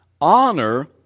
honor